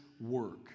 work